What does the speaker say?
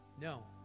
No